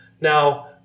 Now